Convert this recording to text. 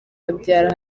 habyara